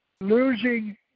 losing